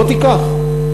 לא תיקח.